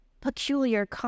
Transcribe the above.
peculiar